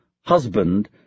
husband